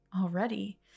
already